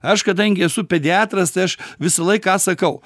aš kadangi esu pediatras tai aš visą laiką sakau